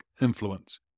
influence